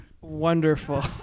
Wonderful